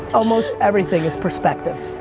almost everything is perspective.